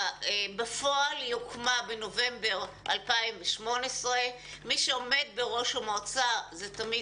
בפועל היא הוקמה בנובמבר 2018. מי שעומד בראש המועצה זה תמיד